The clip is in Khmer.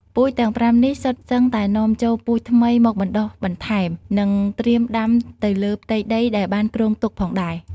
ពូជទាំង៥នេះសុទ្ធសឹងតែនាំចូលពូជថ្មីមកបណ្តុះបន្ថែមទៀត និងត្រៀមដាំទៅលើផ្ទៃដីដែលបានគ្រោងទុកផងដែរ។